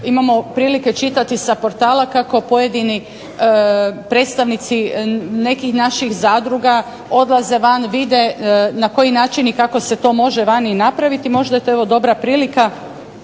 Imamo prilike čitati sa portala kako pojedini predstavnici nekih naših zadruga odlaze van, vide na koji način i kako se to može vani napraviti. Možda je to evo dobra prilika